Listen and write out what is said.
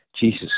Jesus